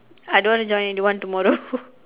I don't want to join anyone tomorrow